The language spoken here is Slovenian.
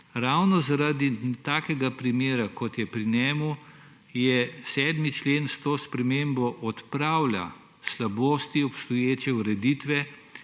Ravno zaradi takega primera, kot je pri njem, 7. člen s to spremembo odpravlja slabosti obstoječe ureditve.